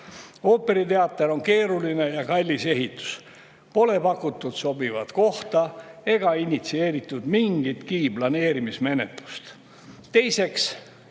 Ooperiteater on keeruline ja kallis ehitus, pole pakutud sobivat kohta ega initsieeritud mingitki planeerimismenetlust.